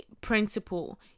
principle